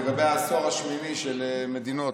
לגבי העשור השמיני של מדינות.